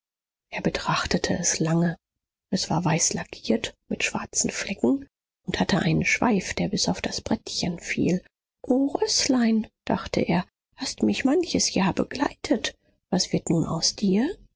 er betrachtete es lange es war weiß lackiert mit schwarzen flecken und hatte einen schweif der bis auf das brettchen fiel o rößlein dachte er hast mich manches jahr begleitet was wird nun aus dir